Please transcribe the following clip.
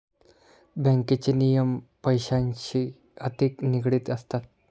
बँकेचे नियम पैशांशी अधिक निगडित असतात